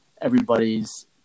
everybody's